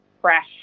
fresh